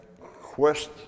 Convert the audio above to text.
quest